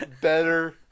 better